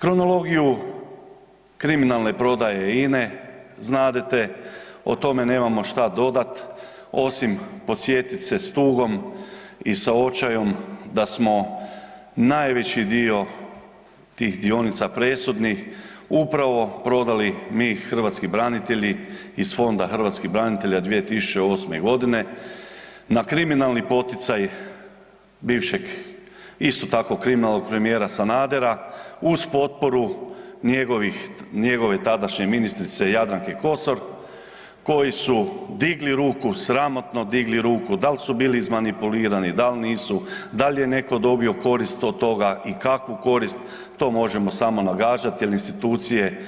Kronologija kriminalne prodaje INA-e znadete, o tome nemamo što dodat, osim podsjetiti se tugom i sa očajom da smo najveći dio tih dionica, presudnih upravo prodali mi hrvatski branitelji iz Fonda hrvatskih branitelja 2008. g. na kriminalni poticaj bivšeg, isto tako kriminalnog premijera Sanadera uz potporu njegovih, njegove tadašnje ministrice Jadranke Kosor, koji su digli ruku, sramotno digli ruku, da li su bili izmanipulirani, da li nisu, da li je netko dobio korist od toga i kakvu korist, to možemo samo nagađati jer institucije